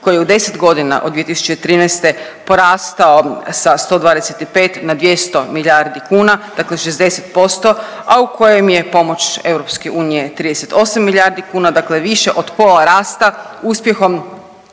koji je 10.g. od 2013. porastao sa 125 na 200 milijardi kuna, dakle 60%, a u kojem je pomoć EU 38 milijardi kuna, dakle više od pola rasta, uspjehom